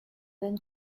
then